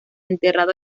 enterrado